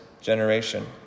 generation